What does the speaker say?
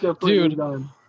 Dude